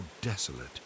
desolate